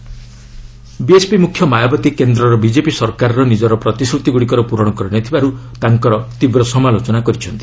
Mayawati UP BSP ମୁଖ୍ୟ ମାୟାବତୀ କେନ୍ଦ୍ରର BJP ସରକାର ନିଜର ପ୍ରତିଶ୍ରତିଗୁଡ଼ିକର ପୂରଣ ନକରିଥିବାରୁ ତାଙ୍କର ତୀବ୍ର ସମାଲୋଚନା କରିଛନ୍ତି